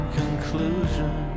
conclusion